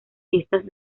fiestas